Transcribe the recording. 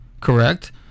correct